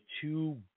two